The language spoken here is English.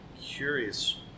curious